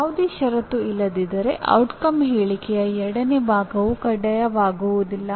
ಯಾವುದೇ ಷರತ್ತು ಇಲ್ಲದಿದ್ದರೆ ಪರಿಣಾಮದ ಹೇಳಿಕೆಯ ಎರಡನೇ ಭಾಗವು ಕಡ್ಡಾಯವಾಗುವುದಿಲ್ಲ